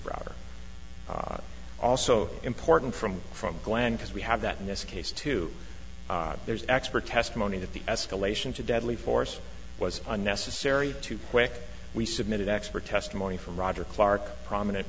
brother also important from from glahn because we have that in this case too there's expert testimony that the escalation to deadly force was unnecessary too quick we submitted expert testimony from roger clark a prominent